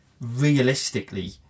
realistically